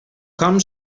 com